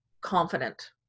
confident